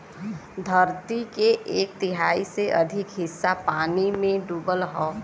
धरती के एक तिहाई से अधिक हिस्सा पानी में डूबल हौ